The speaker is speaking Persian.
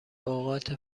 اوقات